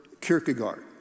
Kierkegaard